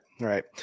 right